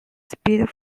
speed